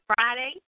Friday